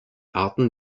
arten